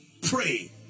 pray